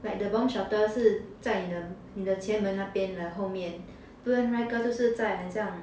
like the bomb shelter 是在你的你的前门那边 like 后面不然另外一个就是在很像